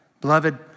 Beloved